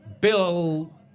Bill